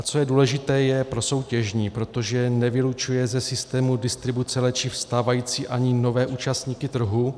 Co je důležité, je prosoutěžní, protože nevylučuje ze systému distribuce léčiv stávající ani nové účastníky trhu.